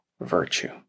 virtue